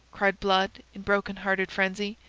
cried blood, in broken-hearted frenzy.